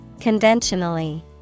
Conventionally